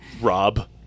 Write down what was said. Rob